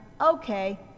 okay